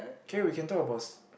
okay we can talk about